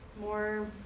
more